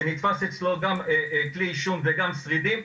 שנתפסו אצלו גם כלי עישון וגם שרידים,